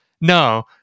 No